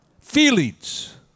Feelings